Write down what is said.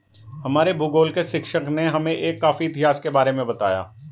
हमारे भूगोल के शिक्षक ने हमें एक कॉफी इतिहास के बारे में बताया